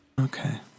Okay